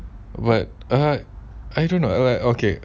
I I I don't know like I okay